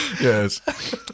Yes